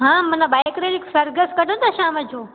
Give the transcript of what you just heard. हा मन bike rally सरगस कढंदा शाम जो